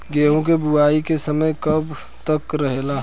गेहूँ के बुवाई के समय कब तक रहेला?